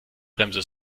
bremse